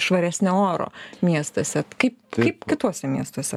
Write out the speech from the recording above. švaresnio oro miestuose kaip kaip kituose miestuose